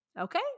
Okay